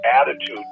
attitude